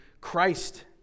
Christ